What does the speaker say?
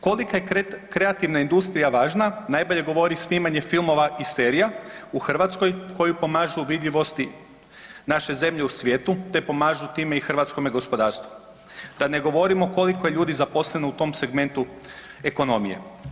Koliko je kreativna industrija važna najbolje govori snimanje filmova i serija u Hrvatskoj koju pomažu vidljivosti naše zemlje u svijetu te pomažu time i hrvatskome gospodarstvu, da ne govorimo koliko je ljudi zaposleno u tom segmentu ekonomije.